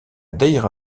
daïra